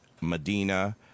Medina